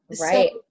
Right